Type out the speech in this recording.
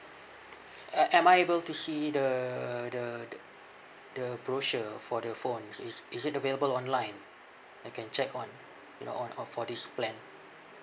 uh am I able to see the the the the brochure for the phones is is it available online I can check on you know on o~ for this plan